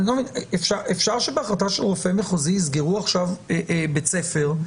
אפשר שבהחלטה של רופא מחוזי יסגרו עכשיו בית ספר,